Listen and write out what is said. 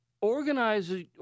organize